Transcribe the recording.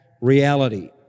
reality